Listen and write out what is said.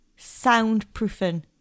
soundproofing